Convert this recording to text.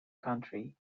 country